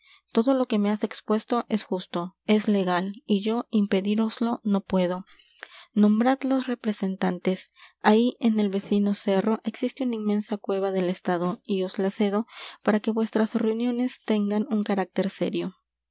todo lo que me has expuesto es justo es legal y yo impedíroslo no puedo nombrad los representantes ahí en el vecino cerro existe una inmensa cueva del estado y os la cedo para que vuestras reunioñes tengan un carácter serio